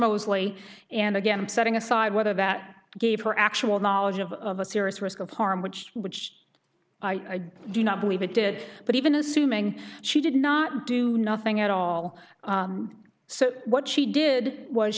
mosley and again i'm setting aside whether that gave her actual knowledge of a serious risk of harm which which i do not believe it did but even assuming she did not do nothing at all so what she did was